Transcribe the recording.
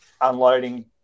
unloading